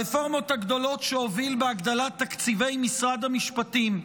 הרפורמות הגדולות שהוביל בהגדלת תקציבי משרד המשפטים,